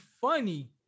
funny